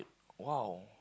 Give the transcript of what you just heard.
!wow!